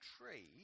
tree